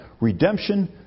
redemption